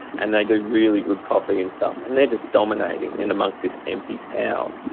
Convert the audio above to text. and they do really good coffee and stuff. and they're just dominating in amongst this empty town.